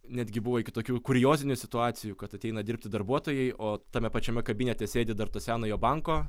netgi buvo iki tokių kuriozinių situacijų kad ateina dirbti darbuotojai o tame pačiame kabinete sėdi dar to senojo banko